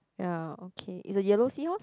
ya okay it's a yellow seahorse